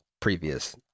previous